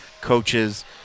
coaches